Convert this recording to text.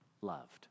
loved